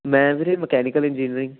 ਮੈਂ ਵੀਰੇ mechanical engineering